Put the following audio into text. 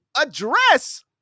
address